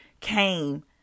came